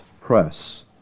Press